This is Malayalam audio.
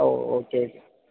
ഓ ഓക്കേ